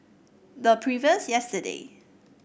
the previous yesterday